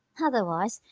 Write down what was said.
otherwise,